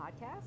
podcast